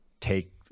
Take